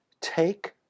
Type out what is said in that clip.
take